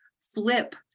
flip